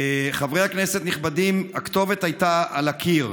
חברי הכנסת הנכבדים, הכתובת הייתה על הקיר,